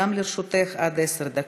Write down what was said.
גם לרשותך עד עשר דקות.